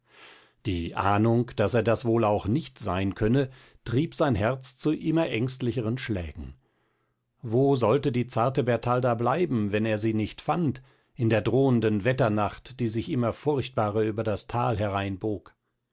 die ahnung daß er das auch wohl nicht sein könne trieb sein herz zu immer ängstlicheren schlägen wo sollte die zarte bertalda bleiben wenn er sie nicht fand in der drohenden wetternacht die sich immer furchtbarer über das tal hereinbog